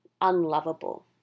unlovable